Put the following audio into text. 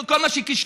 כל מה שקשקשתם,